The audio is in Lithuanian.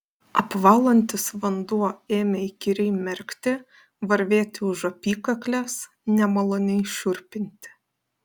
apvalantis vanduo ėmė įkyriai merkti varvėti už apykaklės nemaloniai šiurpinti